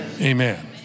amen